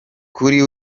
kuri